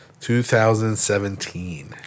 2017